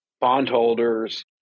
bondholders